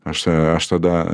aš aš tada